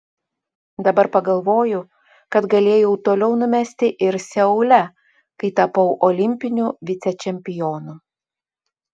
dabar pagalvoju kad galėjau toliau numesti ir seule kai tapau olimpiniu vicečempionu